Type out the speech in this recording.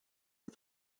are